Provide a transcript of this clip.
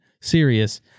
serious